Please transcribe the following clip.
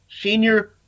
senior